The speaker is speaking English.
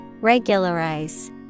Regularize